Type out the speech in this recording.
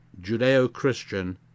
Judeo-Christian